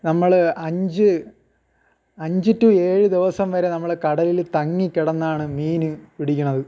നമ്മൾ അഞ്ച് അഞ്ച് ടു ഏഴ് ദിവസം വരെ നമ്മൾ കടലിൽ തങ്ങിക്കിടന്നാണ് മീൻ പിടിക്കണത്